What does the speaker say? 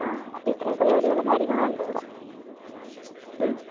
ആ എന്നാൽ അപ്പം ഇത്രയൊക്കെ ജോലികളും കാര്യങ്ങളും ഉണ്ട് ഇവിടെ ഉം